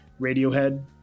Radiohead